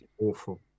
Awful